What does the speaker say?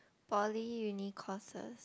poly uni courses